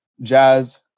jazz